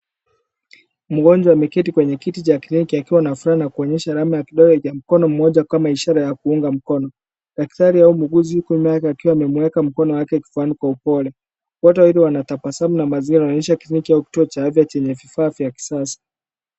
Mgonjwa ameketi kwenye kiti cha kliniki akiwa na furaha na kuonyesha alama ya kidole cha mkono mmoja kama ishara ya kuunga mkono. Daktari au muuguzi nyuma yake akiwa amemweka mkono wake kifuani kwa upole. Wote wawili wanatabasamu na mazingira yanaonyesha kituo cha kliniki au kituo cha afya chenye vifaa vya kisasa.